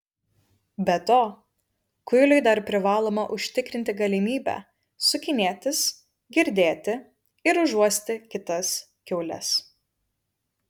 be to kuiliui dar privaloma užtikrinti galimybę sukinėtis girdėti ir užuosti kitas kiaules